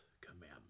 commandment